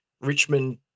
Richmond